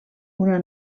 una